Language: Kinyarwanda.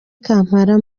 kampala